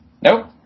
Nope